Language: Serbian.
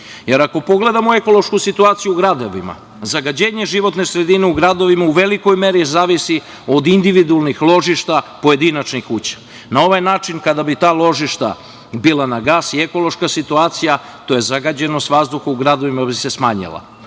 Jer, ako pogledamo ekološku situaciju u gradovima, zagađenje životne sredine u gradovima u velikoj meri zavisi od individualnih ložišta pojedinačnih kuća. Na ovaj način kada bi ta ložišta bila na gas i ekološka situacija, tj. zagađenost vazduha u gradovima, bi se smanjila.